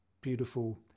beautiful